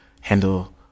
handle